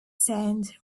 sand